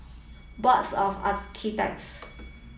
Boards of Architects